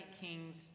Kings